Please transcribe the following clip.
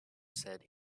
said